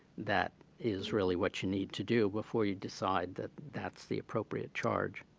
that is really what you need to do before you decide that that's the appropriate charge.